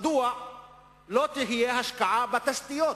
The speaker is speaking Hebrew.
מדוע לא תהיה השקעה בתשתיות?